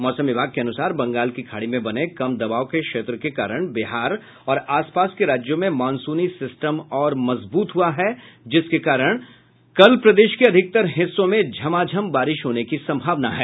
मौसम विभाग के अनुसार बंगाल की खाड़ी में बने कम दबाव के क्षेत्र के कारण बिहार और आस पास के राज्यों में मॉनसूनी सिस्टम और मजबूत हुआ है जिसके कारण कल प्रदेश के अधिकतर हिस्सों में झमाझम बारिश होने की संभावना है